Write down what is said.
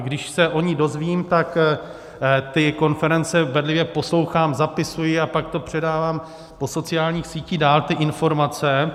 Když se o ní dozvím, tak ty konference bedlivě poslouchám, zapisuji a pak předávám po sociálních sítích dál ty informace.